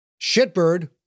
Shitbird